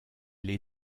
les